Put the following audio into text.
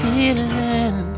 Healing